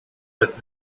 but